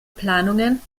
planungen